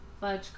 fudge